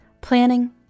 planning